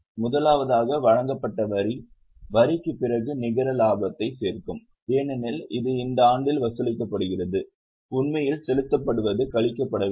முதலாவதாக வழங்கப்பட்ட வரி வரிக்குப் பிறகு நிகர லாபத்தை சேர்க்கும் ஏனெனில் இது இந்த ஆண்டில் வசூலிக்கப்படுகிறது உண்மையில் செலுத்தப்படுவது கழிக்கப்பட வேண்டும்